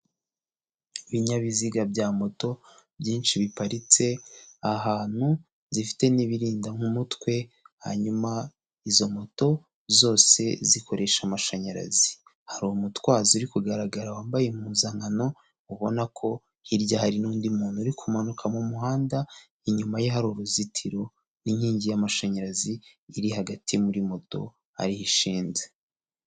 Ibinyabiziga bya moto byinshi biparitse ahantu zifite n'ibirinda umutwe hanyuma izo moto zose zikoresha amashanyarazi, hari umutwaro ziri kugaragara wambaye impuzankano ubona ko hirya hari n'undi muntu uri kumanuka mu muhanda; inyuma ye hari uruzitiro n'inkingi y'amashanyarazi iri hagati muri moto ariho ishinze.